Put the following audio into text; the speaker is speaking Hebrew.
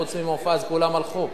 חוץ ממופז כולם הלכו.